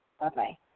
Bye-bye